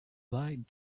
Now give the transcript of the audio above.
lied